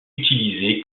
utilisé